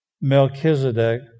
Melchizedek